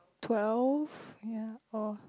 twelve ya or